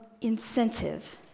incentive